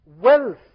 wealth